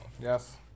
yes